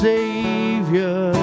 Savior